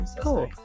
cool